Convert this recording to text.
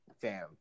fam